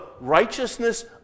righteousness